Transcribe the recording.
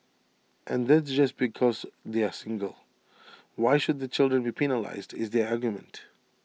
and that just because they are single why should their children be penalised is their argument